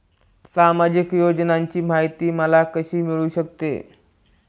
सामाजिक योजनांची माहिती मला कशी मिळू शकते?